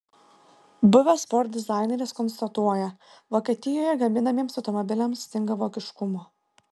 buvęs ford dizaineris konstatuoja vokietijoje gaminamiems automobiliams stinga vokiškumo